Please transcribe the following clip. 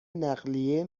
نقلیه